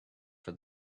for